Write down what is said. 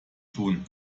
tun